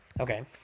Okay